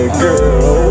girl